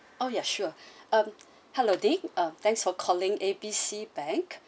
oh yeah sure um hello nick ah thanks for calling A B C bank